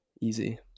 easy